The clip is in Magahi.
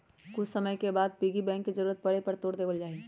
कुछ समय के बाद पिग्गी बैंक के जरूरत पड़े पर तोड देवल जाहई